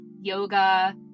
yoga